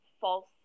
false